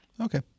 Okay